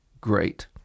great